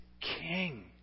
King